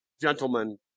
gentlemen